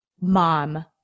mom